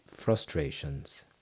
frustrations